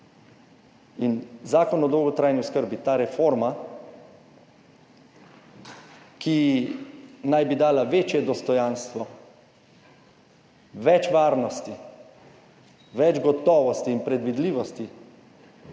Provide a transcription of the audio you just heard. in Zakon o dolgotrajni oskrbi, ta reforma, ki naj bi dala večje dostojanstvo, več varnosti, več gotovosti in predvidljivosti